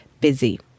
busy